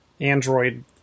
Android